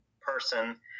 person